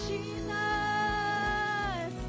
Jesus